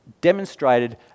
demonstrated